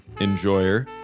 enjoyer